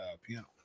piano